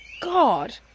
God